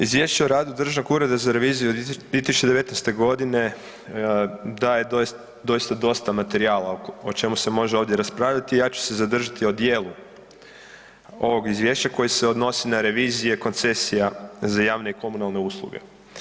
Izvješće o radu Državnog ureda za reviziju za 2019. godinu daje doista materijala o čemu se može ovdje raspravljati, ja ću se zadržati o djelu ovog izvješća koje se odnosi na revizije koncesija za javne i komunalne usluge.